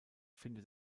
findet